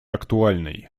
актуальной